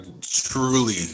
truly